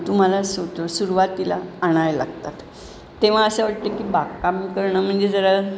तुम्हाला स्वतः सुरवातीला आणायला लागतात तेव्हा असं वाटतं की बागकाम करणं म्हणजे जरा